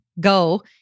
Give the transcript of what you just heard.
Go